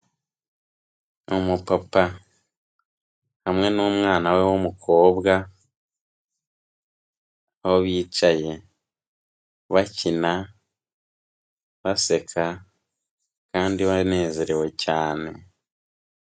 Ni umupapa hamwe n'umwana we w'umukobwa, aho bicaye bakina, baseka kandi banezerewe cyane.